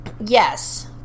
Yes